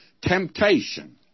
temptation